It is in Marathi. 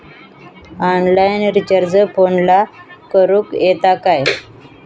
ऑनलाइन रिचार्ज फोनला करूक येता काय?